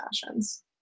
fashions